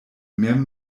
mem